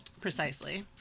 precisely